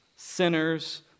sinners